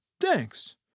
thanks